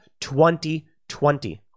2020